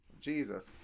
Jesus